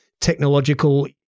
technological